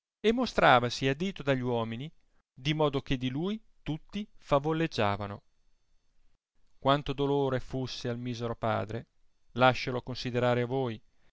e mostravasi a dito dagli uomini di modo che di lui tutti favoleggiavano quanto dolore fusse al misero padre uisciolo considerare a voi